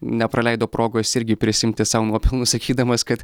nepraleido progos irgi prisiimti sau nuopelnus sakydamas kad